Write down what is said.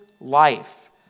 life